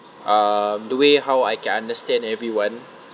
um the way how I can understand everyone